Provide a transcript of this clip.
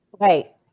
right